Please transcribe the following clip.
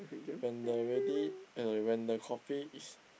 when the ready uh when the coffee is